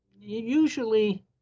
usually